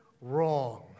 wrong